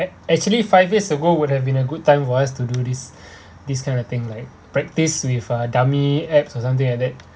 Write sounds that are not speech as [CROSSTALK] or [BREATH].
ac~ actually five years ago would have been a good time for us to do this [BREATH] this kind of thing like practice with a dummy apps or something like that